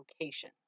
location